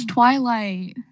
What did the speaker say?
Twilight